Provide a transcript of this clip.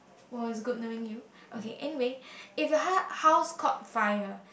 !wow! it is good knowing you okay anyway if your house caught fire